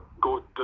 go